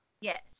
Yes